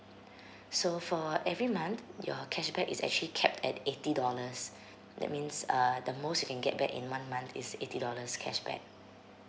so for every month your cashback is actually capped at eighty dollars that means uh the most you can get back in one month is eighty dollars cashback